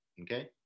okay